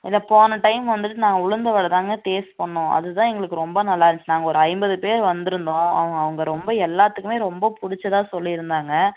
இந்த போன டைம் வந்துட்டு நாங்கள் உளுந்து வடை தாங்க டேஸ்ட் பண்ணிணோம் அது தான் எங்களுக்கு ரொம்ப நல்லாயிருந்துச்சு நாங்கள் ஒரு ஐம்பது பேர் வந்திருந்தோம் அவங்க அவங்க ரொம்ப எல்லாத்துக்குமே ரொம்ப பிடிச்சதா சொல்லியிருந்தாங்க